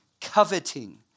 coveting